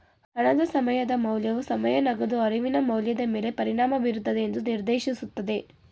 ಹಣದ ಸಮಯದ ಮೌಲ್ಯವು ಸಮಯ ನಗದು ಅರಿವಿನ ಮೌಲ್ಯದ ಮೇಲೆ ಪರಿಣಾಮ ಬೀರುತ್ತದೆ ಎಂದು ನಿರ್ದೇಶಿಸುತ್ತದೆ